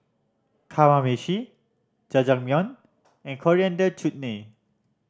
Kamameshi Jajangmyeon and Coriander Chutney